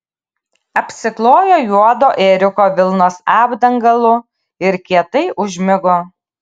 apsiklojo juodo ėriuko vilnos apdangalu ir kietai užmigo